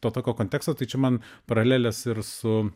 to tokio konteksto tai čia man paralelės ir su